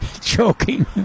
joking